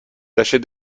tâchez